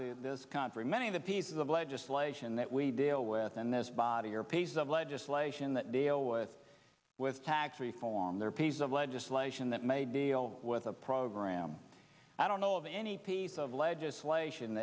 the this conference many of the pieces of legislation that we deal with in this body are piece of legislation that deal with with tax free fall on their piece of legislation that may deal with a program i don't know of any piece of legislation